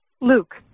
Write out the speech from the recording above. Luke